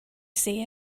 say